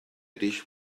dish